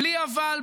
בלי אבל,